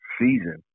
season